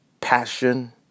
passion